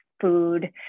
food